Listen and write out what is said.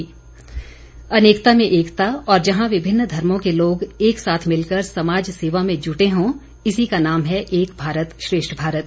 एक भारत श्रेष्ठ भारत अनेकता में एकता और जहां विभिन्न धर्मों के लोग एक साथ मिलकर समाज सेवा में जुटे हों इसी का नाम है एक भारत श्रेष्ठ भारत